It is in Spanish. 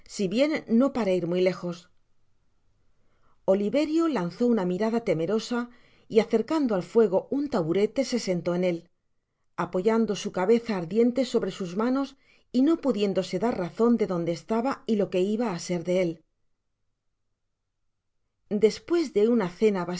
si bien no para r muy lejos oliverio lanzó una mirada temerosa y acercando al fuego un taburete se sentó en él apoyando su cabeza ardiente sobre sus manos y no pudiéndose dar razon de donde estaba y lo que iba á ser de él despues de una